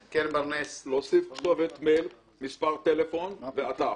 להוסיף כתובת מייל, מס' טלפון ואתר.